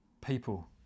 people